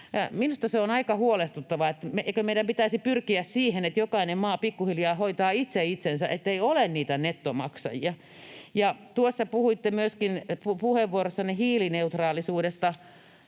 Minusta se on aika huolestuttavaa. Eikö meidän pitäisi pyrkiä siihen, että jokainen maa pikkuhiljaa hoitaa itse itsensä, ettei ole niitä nettomaksajia? Tuossa puhuitte myöskin puheenvuorossanne hiilineutraalisuudesta,